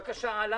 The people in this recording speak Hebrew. בבקשה, הלאה.